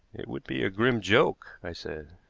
it would be a grim joke, i said.